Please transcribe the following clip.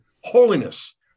holiness